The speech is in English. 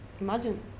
imagine